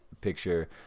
picture